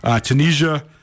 Tunisia